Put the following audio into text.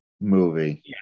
movie